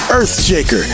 Earthshaker